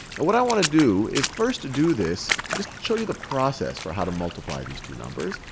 and what i want to do is first do this, just show you the process for how to multiply these two numbers.